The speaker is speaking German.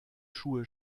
schuhe